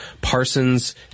Parsons